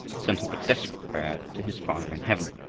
sent up a desperate prayer to his father in heaven.